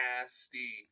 nasty